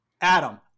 Adam